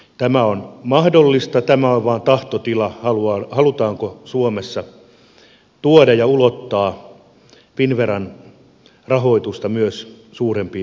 tämä on mahdollista tämä on vain tahtotila halutaanko suomessa tuoda ja ulottaa finnveran rahoitusta myös suurempiin yrityksiin